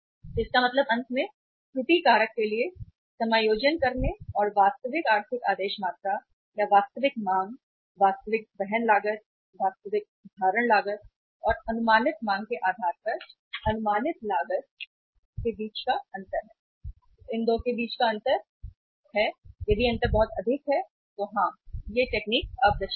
तो इसका मतलब अंत में त्रुटि कारक के लिए समायोजन करने और वास्तविक आर्थिक आदेश मात्रा या वास्तविक मांग वास्तविक वहन लागत वास्तविक धारण लागत और अनुमानित मांग के आधार पर अनुमानित लागत के बीच अंतर है इन 2 के बीच का अंतर यदि अंतर बहुत अधिक है तो हाँ तकनीक अप्रचलित है